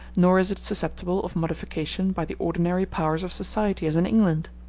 nor is it susceptible of modification by the ordinary powers of society as in england.